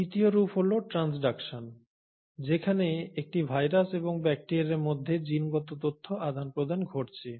তৃতীয় রূপ হল ট্রান্সডাকশন যেখানে একটি ভাইরাস এবং ব্যাকটিরিয়ার মধ্যে জিনগত তথ্য আদান প্রদান ঘটছে